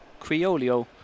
Criolio